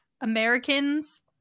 americans